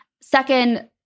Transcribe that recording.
Second